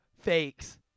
fakes